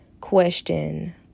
question